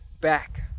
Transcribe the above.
back